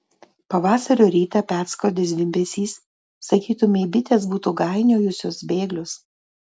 pavasario rytą perskrodė zvimbesys sakytumei bitės būtų gainiojusios bėglius